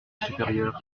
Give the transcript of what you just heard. supérieur